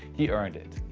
he earned it.